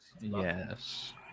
Yes